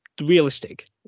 realistic